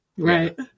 Right